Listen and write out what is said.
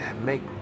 make